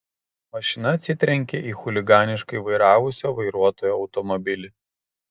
mašina atsitrenkė į chuliganiškai vairavusio vairuotojo automobilį